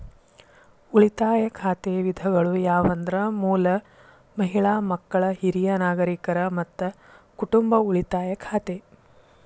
ಉಳಿತಾಯ ಖಾತೆ ವಿಧಗಳು ಯಾವಂದ್ರ ಮೂಲ, ಮಹಿಳಾ, ಮಕ್ಕಳ, ಹಿರಿಯ ನಾಗರಿಕರ, ಮತ್ತ ಕುಟುಂಬ ಉಳಿತಾಯ ಖಾತೆ